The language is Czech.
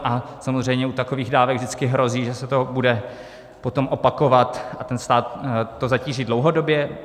A samozřejmě u takových dávek vždycky hrozí, že se to bude potom opakovat a ten stát to zatíží dlouhodobě.